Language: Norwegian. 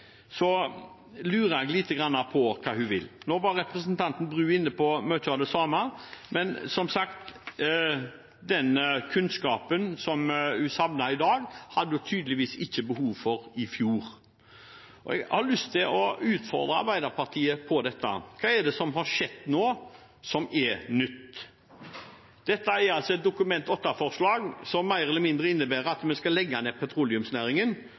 lurer jeg lite granne på hva hun vil. Nå var representanten Bru inne på mye av det samme, men, som sagt, den kunnskapen som hun savner i dag, hadde hun tydeligvis ikke behov for i fjor. Jeg har lyst til å utfordre Arbeiderpartiet på dette: Hva er det som har skjedd nå som er nytt? Dette er altså et Dokument 8-forslag som mer eller mindre innebærer at vi skal legge ned petroleumsnæringen.